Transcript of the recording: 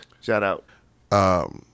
shout-out